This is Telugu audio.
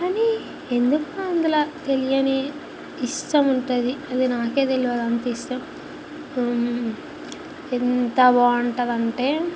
కానీ ఎందుకో అందులో తెలియని ఇష్టముంటుంది అది నాకే తెలవదంతిష్టం ఎంత బాగుంటుందంటే